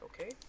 okay